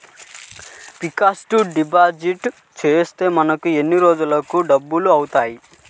Fixed deposit చేస్తే మనకు ఎన్ని రోజులకు డబల్ అవుతాయి?